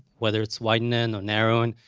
whether it's widening in narrowing,